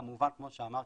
כמו שאמרתי,